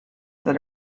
that